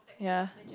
ya